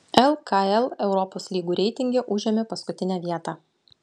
lkl europos lygų reitinge užėmė paskutinę vietą